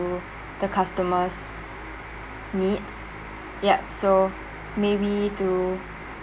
to the customer's needs yup so maybe to